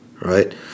right